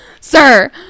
Sir